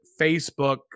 Facebook